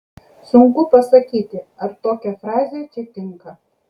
sunku pasakyti ar tokia frazė čia tinka